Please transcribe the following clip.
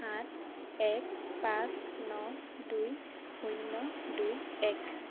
সাত এক পাঁচ ন দুই শূন্য দুই এক